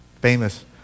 Famous